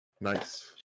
Nice